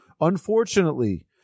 Unfortunately